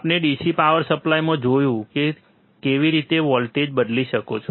આપણે DC power supply માં આપણે જોયું કે કેવી રીતે વોલ્ટેજબદલી શકો છો